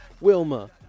Wilma